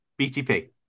BTP